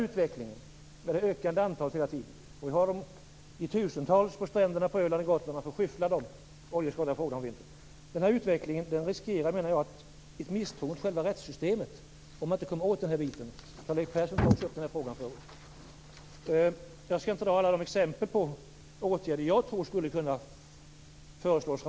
Siffrorna ökar hela tiden. Vi skyfflar upp tusentals oljeskadade fåglar på Öland och Gotland. Den här utvecklingen leder till ett misstroende mot själva rättssystemet. Karl-Erik Persson tog upp den frågan tidigare. Jag kan ge några exempel på åtgärder jag tror kan föreslås.